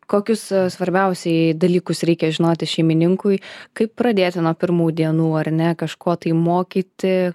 kokius svarbiausiai dalykus reikia žinoti šeimininkui kaip pradėti nuo pirmų dienų ar ne kažko tai mokyti